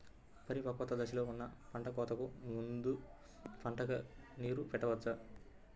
పరిపక్వత దశలో ఉన్న పంట కోతకు ముందు పంటకు నీరు పెట్టవచ్చా?